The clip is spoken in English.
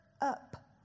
up